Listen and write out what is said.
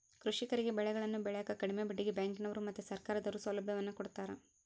ಕೃಷಿಕರಿಗೆ ಬೆಳೆಗಳನ್ನು ಬೆಳೆಕ ಕಡಿಮೆ ಬಡ್ಡಿಗೆ ಬ್ಯಾಂಕಿನವರು ಮತ್ತೆ ಸರ್ಕಾರದವರು ಸೌಲಭ್ಯವನ್ನು ಕೊಡ್ತಾರ